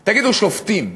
תגידו: שופטים.